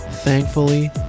Thankfully